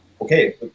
okay